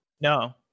No